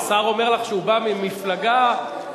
השר אומר לך שהוא בא ממפלגה סוציאל-דמוקרטית,